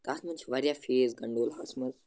تَتھ منٛز چھِ واریاہ فیز گنٛڈولاہَس منٛز